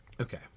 Okay